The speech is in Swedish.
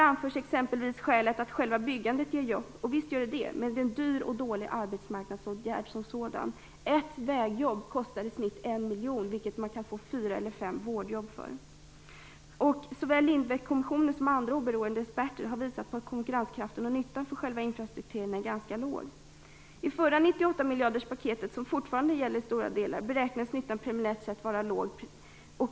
T.ex. anförs skälet att själva byggandet ger jobb. Och visst är det så, men det är en dyr och dålig arbetsmarknadsåtgärd som sådan. Ett vägjobb kostar i snitt en miljon kronor, vilket man kan få fyra eller fem vårdjobb för. Såväl Lindbeckkommissionen som andra oberoende experter har visat att konkurrenskraften och nyttan av detta för själva infrastrukturen är ganska låg. I det förra 98-miljarderspaketet som fortfarande gäller i stora delar beräknas också nyttan preliminärt sett vara låg.